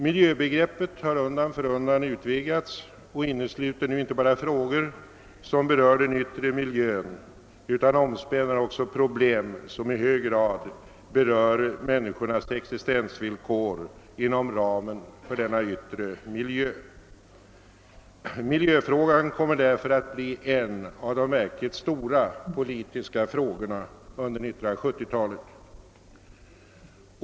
Miljöbegreppet har undan för undan utvidgats och innesluter nu inte bara frågor som berör den yttre miljön utan omspänner också problem som i hög grad berör människornas = existensvillkor inom ramen för denna yttre miljö. Miljöfrågan kommer därför att bli en av de verkligt stora politiska frågorna under 1970-talet.